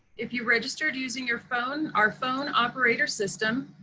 if you registered using your phone, our phone operator system,